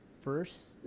first